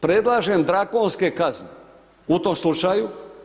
Predlažem drakonske kazne u tom slučaju.